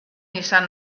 izan